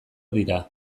dira